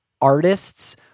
artists